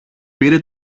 πήρε